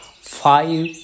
five